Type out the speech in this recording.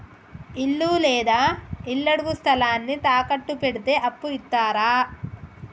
ఇల్లు లేదా ఇళ్లడుగు స్థలాన్ని తాకట్టు పెడితే అప్పు ఇత్తరా?